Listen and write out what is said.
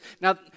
Now